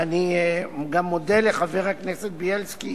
ואני גם מודה לחבר הכנסת בילסקי,